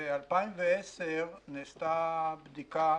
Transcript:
ב-2010 נעשתה בדיקה